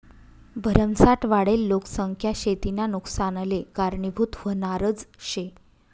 भरमसाठ वाढेल लोकसंख्या शेतीना नुकसानले कारनीभूत व्हनारज शे